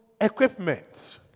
equipment